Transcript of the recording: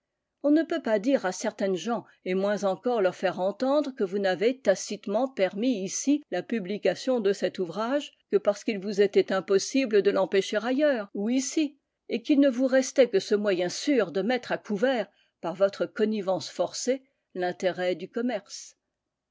on ne peut pas dire à certaines gens et moins encore leur faire entendre que vous n'avez tacitement permis ici la publication de cet ouvrage que parce qu'il vous était impossible de l'empêcher ailleurs ou ici et qu'il ne vous restait que ce moyen sûr de mettre à couvert par votre connivence forcée l'intérêt du commerce